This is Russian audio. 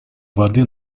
воды